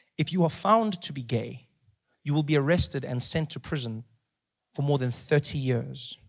if you are found to be gay you will be arrested and sent to prison for more than thirty years,